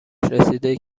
رسیده